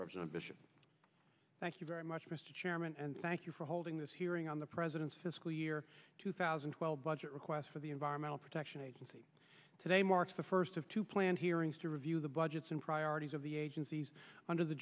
member thank you very much mr chairman and thank you for holding this hearing on the president's fiscal year two thousand and twelve budget request for the environmental protection agency today marks the first of two planned hearings to review the budgets and priorities of the agencies under the